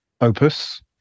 Opus